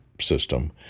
system